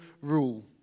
rule